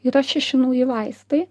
yra šeši nauji vaistai